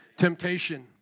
Temptation